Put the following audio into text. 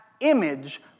image